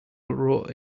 wrote